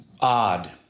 odd